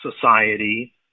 society